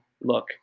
look